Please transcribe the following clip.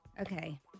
Okay